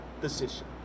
decision